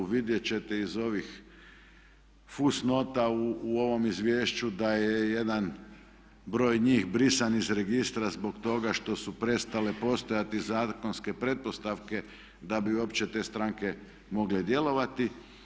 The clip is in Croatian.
Vidjeti ćete iz ovih fusnota u ovom izvješću da je jedan broj njih brisan iz registra zbog toga što su prestale postojati zakonske pretpostavke da bi uopće te stranke mogle djelovati.